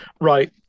Right